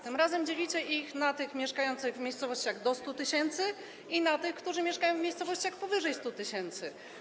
Tym razem dzielicie ich na tych mieszkających w miejscowościach do 100 tys. i na tych, którzy mieszkają w miejscowościach powyżej 100 tys.